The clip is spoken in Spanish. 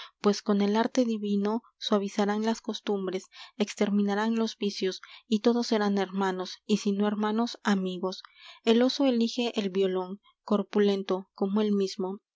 pues con el arte divino suavizarán las costumbres exterminarán los vicios y todos serán hermanos y si no hermanos amigos el oso elige el violón corpulento como él mismo